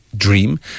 dream